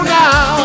now